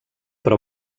però